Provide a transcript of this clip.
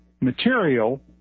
material